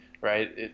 right